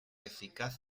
eficaz